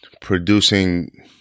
producing